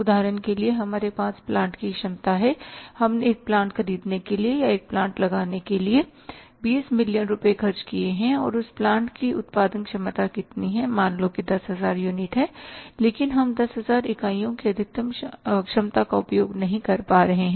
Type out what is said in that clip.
उदाहरण के लिए हमारे पास प्लांट की क्षमता है हमने एक प्लांटखरीदने के लिए या एक प्लांट लगाने के लिए 20 मिलियन रुपये खर्च किए हैं और उस प्लांट की उत्पादन क्षमता कितनी है मान लो 10000 यूनिट है लेकिन हम 10000 इकाइयों की अधिकतम क्षमता का उपयोग नहीं कर पा रहे हैं